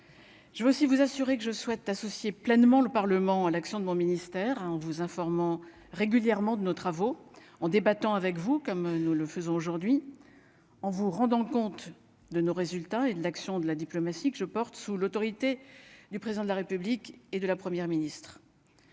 Je vais aussi vous assurer que je souhaite associer pleinement le Parlement à l'action de mon ministère, on vous informant régulièrement de nos travaux en débattant avec vous comme nous le faisons aujourd'hui en vous rendant compte de nos résultats et de l'action de la diplomatie que je porte, sous l'autorité du président de la République et de la Première ministre,